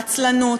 עצלנות,